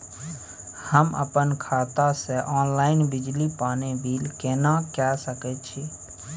हम अपन खाता से ऑनलाइन बिजली पानी बिल केना के सकै छी?